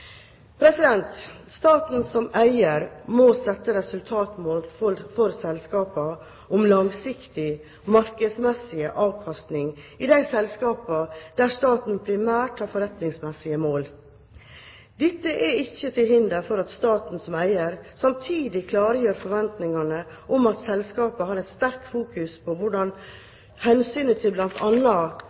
Staten som eier må sette resultatmål for selskapene om langsiktig markedsmessig avkastning i de selskapene der staten primært har forretningsmessige mål. Dette er ikke til hinder for at staten som eier samtidig klargjør forventningene om at selskapene har et sterkt fokus på hvordan hensynet til